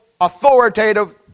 authoritative